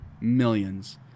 Millions